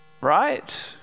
right